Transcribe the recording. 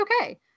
okay